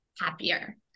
happier